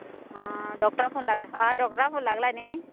आं डॉक्टरा फोन लागला आं डॉक्टरा फोन लागला न्ही